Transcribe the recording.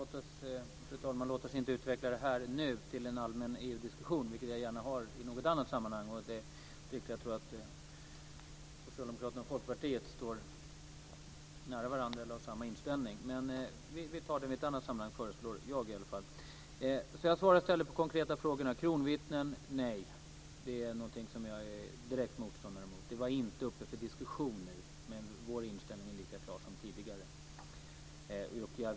Fru talman! Låt oss inte nu utveckla det här till en allmän EU-diskussion vilken jag gärna har i något annat sammanhang. Där tror jag att Socialdemokraterna och Folkpartiet står nära varandra och har samma inställning. Men jag föreslår att vi tar det vid ett annat sammanhang. Jag ska i stället svara på konkreta frågor. Kronvittnen - nej. Det är någonting som jag direkt är motståndare mot. Det var inte uppe till diskussion, men vår inställning är lika klar som tidigare.